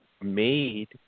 made